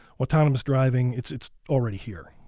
autonomous driving. it's it's already here.